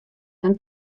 dan